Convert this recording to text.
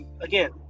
Again